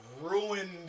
ruined